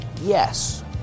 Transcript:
Yes